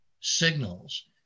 signals